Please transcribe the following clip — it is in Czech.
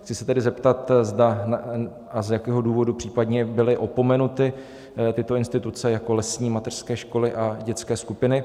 Chci se tedy zeptat, zda a z jakého důvodu případně byly opomenuty tyto instituce jako lesní mateřské školy a dětské skupiny?